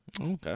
Okay